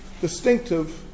distinctive